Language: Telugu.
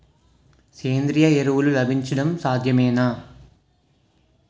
సేంద్రీయ ఎరువులు లభించడం సాధ్యమేనా?